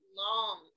long